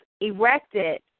erected